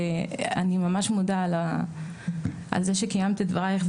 ואני ממש מודה על זה שקיימת את דברייך,